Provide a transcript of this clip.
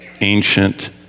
ancient